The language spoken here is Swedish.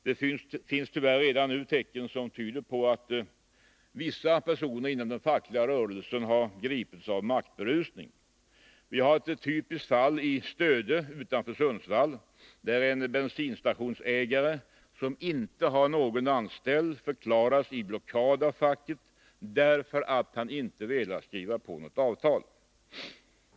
Det finns tyvärr redan nu tecken som tyder på att vissa personer inom den fackliga rörelsen har gripits av maktberusning. Vi har ett typiskt fall i Stöde utanför Sundsvall, där en bensinstationsägare, som inte har någon anställd, förklarats i blockad av facket därför att han inte velat skriva på något avtal.